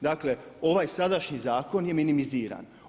Dakle ovaj sadašnji zakon je minimiziran.